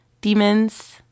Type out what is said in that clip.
demons